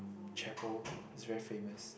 chapel is very famous